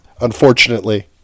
Unfortunately